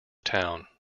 town